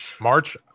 March